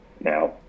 Now